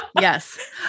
yes